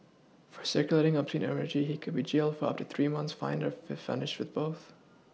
for circulating a P imagery he could be jailed up to three months fined or punished with both